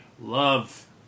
love